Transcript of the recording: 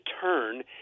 turn